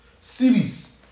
Series